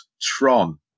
Tron